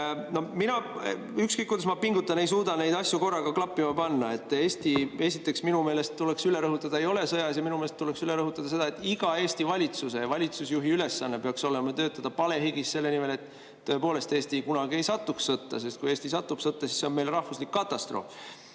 ükskõik kuidas ma pingutan, ei suuda neid asju korraga klappima panna. Eesti, esiteks – minu meelest tuleks üle rõhutada –, ei ole sõjas. Ja minu meelest tuleks üle rõhutada ka seda, et iga Eesti valitsuse ja valitsusjuhi ülesanne peaks olema töötada palehigis selle nimel, et tõepoolest Eesti kunagi ei satuks sõtta, sest kui Eesti satub sõtta, siis see on meile rahvuslik katastroof.